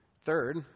Third